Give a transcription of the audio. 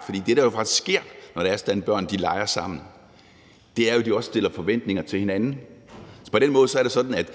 for det, der faktisk sker, når det er sådan, at børn leger sammen, er jo, at de også har forventninger til hinanden. På den måde er det sådan, at